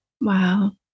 wow